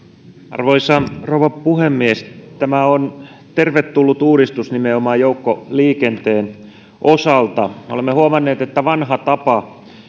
arvoisa rouva puhemies tämä on tervetullut uudistus nimenomaan joukkoliikenteen osalta olemme huomanneet että vanha tapa